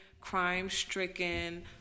crime-stricken